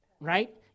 right